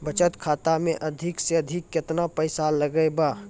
बचत खाता मे अधिक से अधिक केतना पैसा लगाय ब?